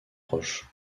proche